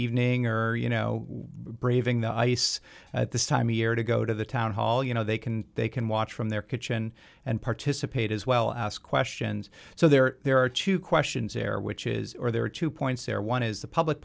evening or you know braving the ice at this time of year to go to the town hall you know they can they can watch from their kitchen and participate as well ask questions so there are two questions there which is or there are two points there one is the public